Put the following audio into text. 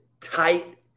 tight